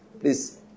Please